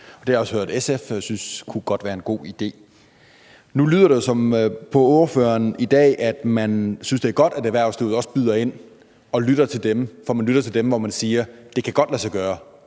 Det har jeg også hørt at SF synes kunne være en god idé. Nu lyder det jo på ordføreren i dag, som om man synes, det er godt, at erhvervslivet også byder ind, og at man lytter til dem, når de siger, at det godt kan lade sig gøre,